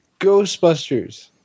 Ghostbusters